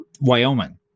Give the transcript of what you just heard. Wyoming